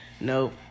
Nope